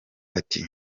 ati